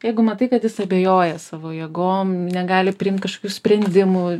jeigu matai kad jis abejoja savo jėgom negali priimt kažkokių sprendimų